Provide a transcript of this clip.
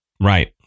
Right